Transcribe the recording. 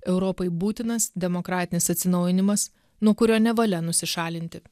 europai būtinas demokratinis atsinaujinimas nuo kurio nevalia nusišalinti